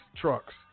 trucks